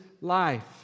life